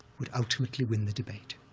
would ultimately win the debate,